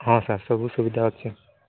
ହଁ ସାର୍ ସବୁ ସୁବିଧା ଅଛି